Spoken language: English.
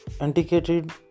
antiquated